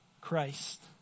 Christ